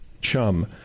chum